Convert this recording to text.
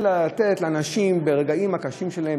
אלא לתת לאנשים ברגעים הקשים שלהם,